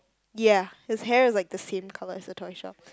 ya his hair is like the same colour as a toy shop